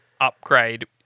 upgrade